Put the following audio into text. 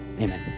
Amen